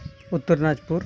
Uttar Dinajpur